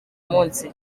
munsi